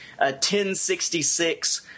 1066